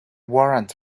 warrant